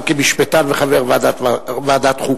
גם כמשפטן וכחבר ועדת חוקה.